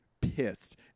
pissed